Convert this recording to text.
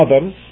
others